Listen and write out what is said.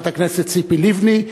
חברת הכנסת ציפי לבני,